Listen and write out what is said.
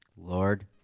Lord